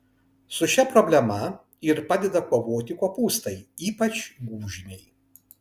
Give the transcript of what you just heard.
su šia problema ir padeda kovoti kopūstai ypač gūžiniai